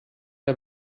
der